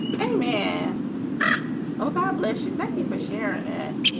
amen ah god bless you. thank you for sharing it.